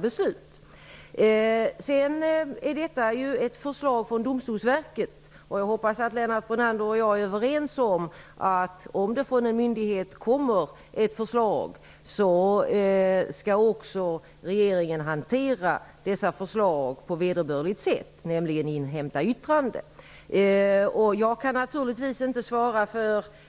Det här är ett förslag från Domstolsverket. Jag hoppas att Lennart Brunander och jag är överens om att regeringen skall hantera förslag som kommer från en myndighet på vederbörligt sätt, nämligen genom att inhämta yttrande. Jag kan naturligtvis inte